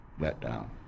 letdown